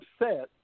upset